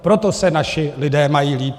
Proto se naši lidé mají líp.